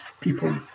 people